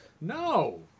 No